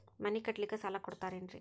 ಮನಿ ಕಟ್ಲಿಕ್ಕ ಸಾಲ ಕೊಡ್ತಾರೇನ್ರಿ?